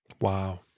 Wow